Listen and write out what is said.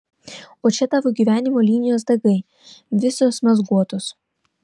o čia tavo gyvenimo linijos dagai visos mazguotos